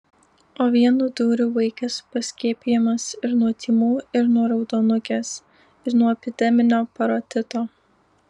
o vienu dūriu vaikas paskiepijamas ir nuo tymų ir nuo raudonukės ir nuo epideminio parotito